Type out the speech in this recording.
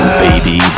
baby